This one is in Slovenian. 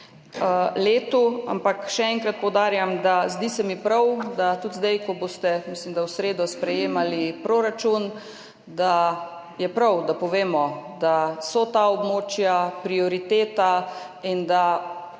letu. Še enkrat poudarjam, da se mi zdi prav, da tudi zdaj, ko boste, mislim, v sredo sprejemali proračun, da je prav, da povemo, da so ta območja prioriteta in da